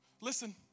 Listen